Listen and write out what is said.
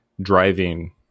driving